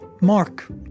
mark